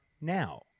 now